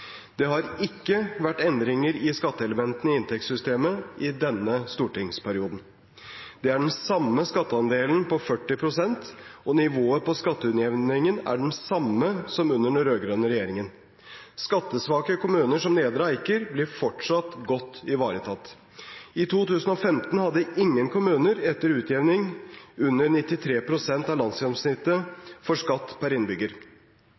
Det har ikke vært endringer i skatteelementene i inntektssystemet i denne stortingsperioden. Det er den samme skatteandelen på 40 pst., og nivået på skatteutjevningen er det samme som under den rød-grønne regjeringen. Skattesvake kommuner som Nedre Eiker blir fortsatt godt ivaretatt. I 2015 hadde ingen kommuner, etter utjevning, under 93 pst. av landsgjennomsnittet for skatt per innbygger.